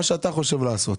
מה שאתה חושב לעשות.